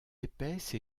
épaisse